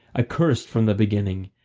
accursed from the beginning,